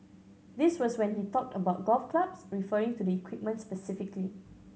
this was when he talked about golf clubs referring to the equipment specifically